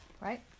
right